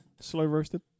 Slow-roasted